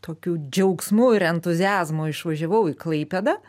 tokiu džiaugsmu ir entuziazmu išvažiavau į klaipėdą